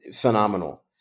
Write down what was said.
phenomenal